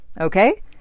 Okay